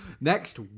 Next